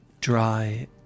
dry